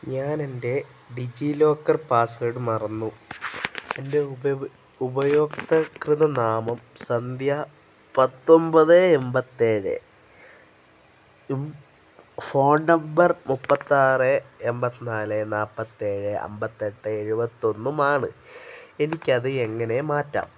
ഞാനെൻ്റെ DigiLocker password മറന്നു എൻ്റെ ഉപയോക്തൃ നാമം സന്ധ്യ പത്തൊമ്പത് എണ്പത്തിയേഴും ഫോൺ നമ്പർ മുപ്പത്തിയാറ് എണ്പത്തിനാല് നാല്പത്തിയേഴ് അന്പത്തിയെട്ട് എഴുപത്തിയൊന്നുമാണ് എനിക്കത് എങ്ങനെ മാറ്റാം